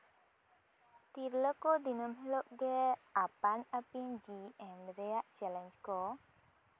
ᱛᱤᱨᱞᱟᱹ ᱠᱚ ᱫᱤᱱᱟᱹᱢ ᱦᱤᱞᱳᱜ ᱜᱮ ᱟᱯᱟᱱ ᱟᱯᱤᱱ ᱡᱤᱣᱤ ᱮᱢ ᱨᱮᱭᱟᱜ ᱪᱮᱞᱮᱧᱡ ᱠᱚ